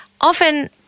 often